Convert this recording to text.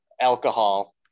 alcohol